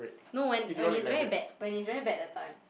no when when it's very bad when it's very bad that time